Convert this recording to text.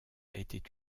était